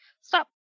stop